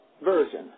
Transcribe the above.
Version